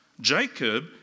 Jacob